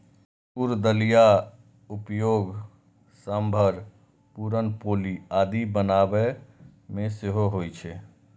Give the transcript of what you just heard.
तूर दालिक उपयोग सांभर, पुरन पोली आदि बनाबै मे सेहो होइ छै